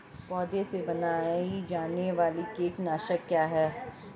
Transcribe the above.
पौधों से बनाई जाने वाली कीटनाशक क्या है?